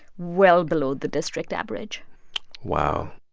well below the district average wow